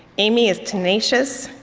amy is tenacious,